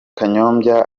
kanyombya